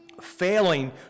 Failing